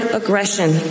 aggression